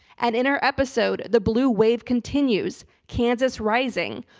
and in our episode the blue wave continues, kansas rising,